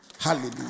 hallelujah